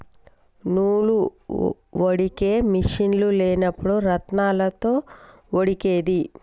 నూలు వడికే మిషిన్లు లేనప్పుడు రాత్నాలతో వడికేది